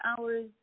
hours